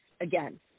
again